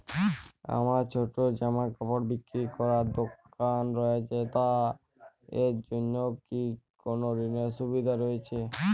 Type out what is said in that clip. আমার ছোটো জামাকাপড় বিক্রি করার দোকান রয়েছে তা এর জন্য কি কোনো ঋণের সুবিধে রয়েছে?